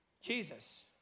Jesus